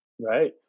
right